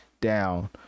down